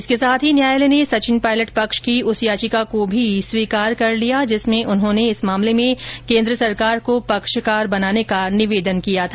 इसके साथ ही न्यायालय ने सचिन पायलट पक्ष की उस याचिका को भी स्वीकार कर लिया जिसमें उन्होंने इस मामले में केन्द्र सरकार को पक्षकार बनाने का निवेदन किया था